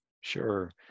Sure